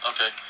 Okay